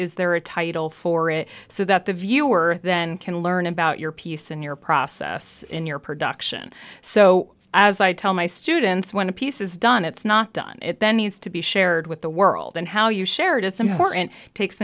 is there a title for it so that the viewer then can learn about your piece and your process in your production so as i tell my students went to pieces done it's not done it then needs to be shared with the world and how you share it is important takes